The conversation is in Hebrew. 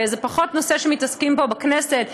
וזה נושא שפחות מתעסקים בו בכנסת,